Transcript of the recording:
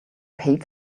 paid